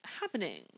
happening